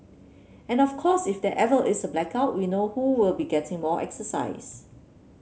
and of course if there ever is a blackout we know who will be getting more exercise